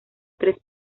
tres